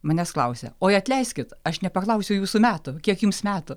manęs klausia oi atleiskit aš nepaklausiau jūsų metų kiek jums metų